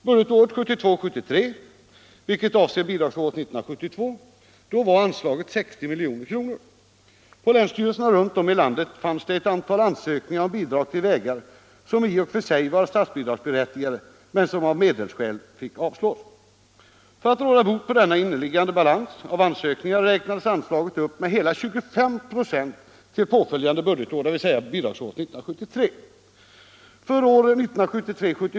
Budgetåret 1972/73, vilket avser bidragsåret 1972, var anslaget 60 milj.kr. På länsstyrelserna runt om i landet fanns ett antal ansökningar om bidrag till vägar som i och för sig var statsbidragsberättigade, men av medelsskäl fick dessa ansökningar avslås. För att råda bot på denna inneliggande balans av ansökningar räknades anslaget upp med hela 25 96 till påföljande budgetår, dvs. bidragsåret 1973.